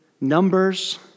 numbers